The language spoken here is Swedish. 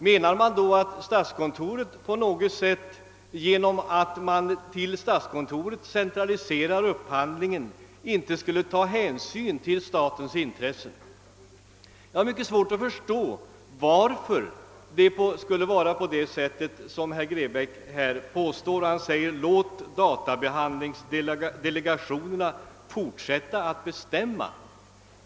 Menar han att statskontoret efter centraliseringen av upphandlingen dit på något sätt skulle underlåta att ta hänsyn till statens intressen? Jag har mycket svårt att förstå varför det skulle förhålla sig som herr Grebäck säger. Han ansåg också att vi skall låta databehandlingsdelegationerna fortsätta att bestämma.